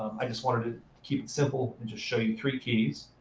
i just wanted to keep it simple, and just show you three keys.